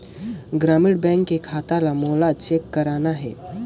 ग्रामीण बैंक के खाता ला मोला चेक करना हे?